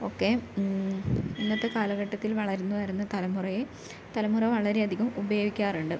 ഒക്കെ ഇന്നത്തെ കാലഘട്ടത്തിൽ വളർന്ന് വരുന്ന തലമുറയെ തലമുറ വളരെയധികം ഉപയോഗിക്കാറുണ്ട്